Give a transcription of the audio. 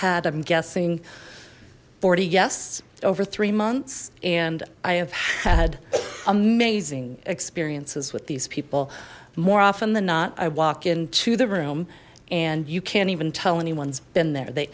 had i'm guessing forty yes over three months and i have had amazing experiences with these people more often than not i walk in to the room and you can't even tell anyone's been there they